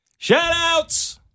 Shoutouts